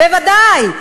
בוודאי,